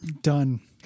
Done